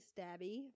stabby